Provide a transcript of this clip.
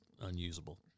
unusable